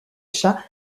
chats